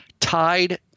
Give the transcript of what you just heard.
tied